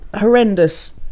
horrendous